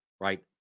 right